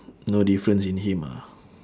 no difference in him ah